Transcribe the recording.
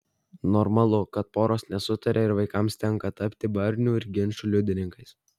normalu kad poros nesutaria ir vaikams tenka tapti barnių ir ginčų liudininkais